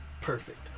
perfect